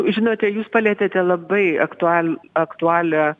žinote jūs palietėte labai aktual aktualią